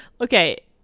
Okay